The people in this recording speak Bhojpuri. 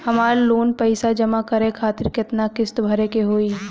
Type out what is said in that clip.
हमर लोन के पइसा जमा करे खातिर केतना किस्त भरे के होई?